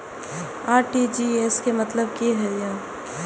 RTGS के मतलब की होय ये?